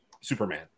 Superman